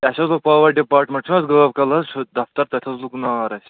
اَسہِ حظ اوس پاور ڈِپاٹمٮ۪نٛٹ چھُ حَظ گٲو کٔدلہٕ حَظ چھُ دفتر تتہِ حَظ لوٚگ نار اَسہِ